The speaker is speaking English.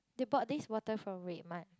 they bought this water from Redmart